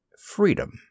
freedom